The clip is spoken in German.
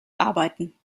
arbeiten